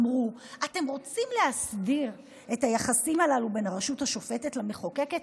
אמרו: אתם רוצים להסדיר את היחסים הללו בין הרשות השופטת למחוקקת?